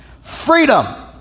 Freedom